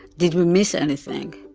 did we miss anything?